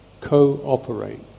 cooperate